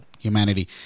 humanity